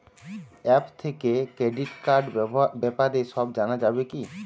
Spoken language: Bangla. অ্যাপ থেকে ক্রেডিট কার্ডর ব্যাপারে সব জানা যাবে কি?